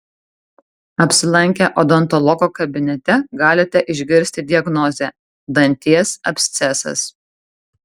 apsilankę odontologo kabinete galite išgirsti diagnozę danties abscesas